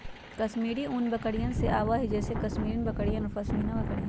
कश्मीरी ऊन बकरियन से आवा हई जैसे कश्मीरी बकरियन और पश्मीना बकरियन